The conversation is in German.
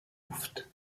luft